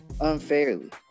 unfairly